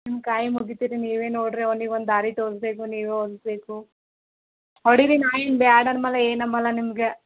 ನಿಮ್ಮ ಕೈ ಮುಗಿತೀರಿ ರೀ ನೀವೇ ನೋಡಿರಿ ಅವ್ನಿಗೆ ಒಂದು ದಾರಿ ತೋರಿಸ್ಬೇಕು ನೀವೇ ಓದಿಸ್ಬೇಕು ಹೊಡಿ ರೀ ನಾನು ಏನು ಬ್ಯಾಡ ಅಂಬಲ್ಲ ಏನು ಅಂಬಲ್ಲ ನಿಮಗೆ